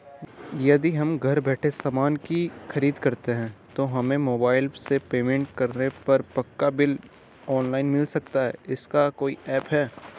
यदि हम घर बैठे सामान की खरीद करते हैं तो हमें मोबाइल से पेमेंट करने पर पक्का बिल ऑनलाइन मिल सकता है इसका कोई ऐप है